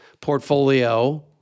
portfolio